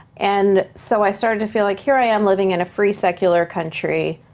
and so i started to feel like, here i am living in a free, secular country.